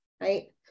right